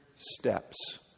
steps